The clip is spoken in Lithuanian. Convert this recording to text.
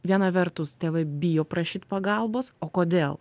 viena vertus tėvai bijo prašyt pagalbos o kodėl